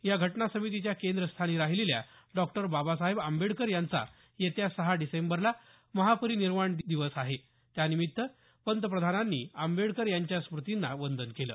या घटना समितीच्या केंद्रस्थानी राहिलेल्या डॉक्टर बाबासाहेब आंबेडकर यांचा येत्या सहा डिसेंबरला महापरिनिर्वाण दिवस आहे त्यानिमित्त पंतप्रधानांनी आंबेडकर यांच्या स्मृतींना वंदन केलं